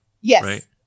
Yes